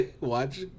Watch